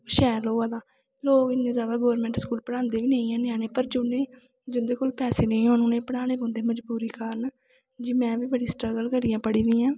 शैल होआ दा लोग इन्ने जादा गौरमैंट स्कूल पढ़ांदे बी नेईं हैन ञ्याने पर जि'नें जिंदे कोल पैसे नेईं होन उ'नें पढ़ाने पौंदे मजबूरी कारण जि'यां में बी बड़ी स्ट्रगल करियै पढ़ी दी आं